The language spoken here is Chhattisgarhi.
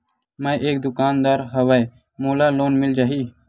मै एक दुकानदार हवय मोला लोन मिल जाही?